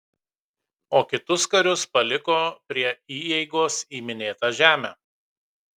o kitus karius paliko prie įeigos į minėtą žemę